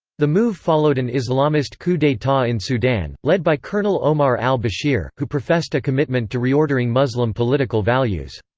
the move followed an islamist coup d'etat in sudan, led by colonel omar al-bashir, who professed a commitment to reordering muslim political values.